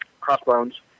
crossbones